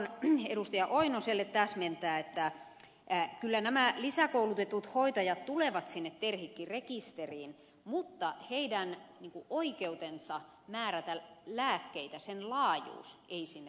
lauri oinoselle täsmentää että kyllä nämä lisäkoulutetut hoitajat tulevat sinne terhikki rekisteriin mutta heidän oikeutensa määrätä lääkkeitä sen laajuus ei sinne tule